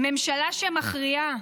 ממשלה שמכריעה